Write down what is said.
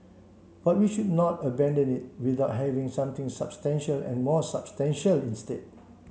but we should not abandon it without having something substantial and more substantial instead